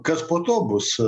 kad po to bus